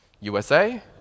USA